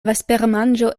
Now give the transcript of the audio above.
vespermanĝo